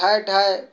ଠାଏ ଠାଏ